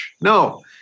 No